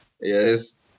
Yes